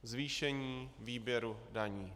Zvýšení výběru daní.